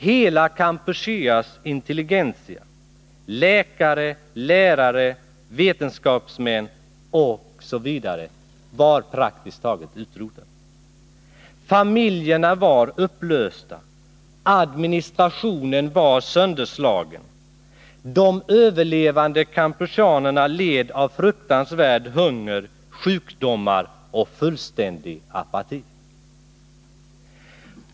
Hela Kampucheas intelligentia, läkare, lärare, Onsdagen den vetenskapsmän osv., var praktiskt taget utrotad. Familjerna var upplösta, 26 november 1980 administrationen var sönderslagen, de överlevande kampucheanerna led av fruktansvärd svält, sjukdomar och fullständig apati.